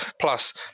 Plus